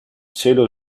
cielo